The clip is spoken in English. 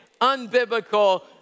unbiblical